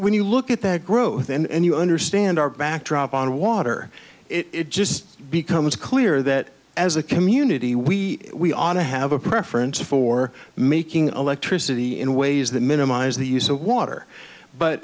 when you look at that growth and you understand our backdrop on water it just becomes clear that as a community we we ought to have a preference for making electricity in ways that minimize the use of water but